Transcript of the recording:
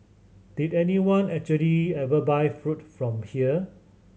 did anyone actually ever buy food from here